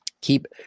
keep